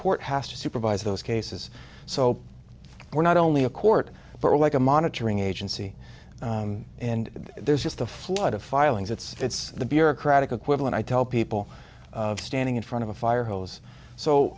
court has to supervise those cases so we're not only a court but like a monitoring agency and there's just a flood of filings it's the bureaucratic equivalent i tell people of standing in front of a fire hose so